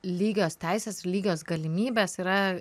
lygios teisės ir lygios galimybės yra